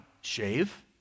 shave